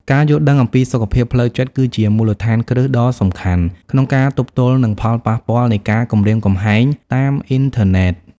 ការយល់ដឹងអំពីសុខភាពផ្លូវចិត្ត គឺជាមូលដ្ឋានគ្រឹះដ៏សំខាន់ក្នុងការទប់ទល់នឹងផលប៉ះពាល់នៃការគំរាមកំហែងតាមអ៊ីនធឺណិត។